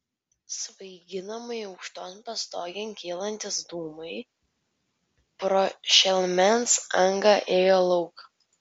svaiginamai aukšton pastogėn kylantys dūmai pro šelmens angą ėjo lauk